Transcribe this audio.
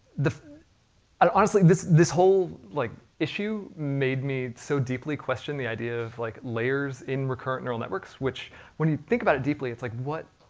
and honestly, this this whole like issue, made me so deeply question the idea of like layers in recurrent neural networks, which when you think about it deeply, it's like what,